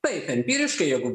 taip empiriškai jeigu